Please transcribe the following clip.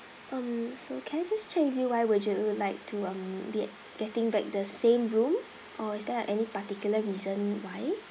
um so can I just check with you why would you like to um be getting back the same room or is there any particular reason why